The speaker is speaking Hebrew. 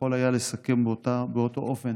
ויכול היה לסכם באותו אופן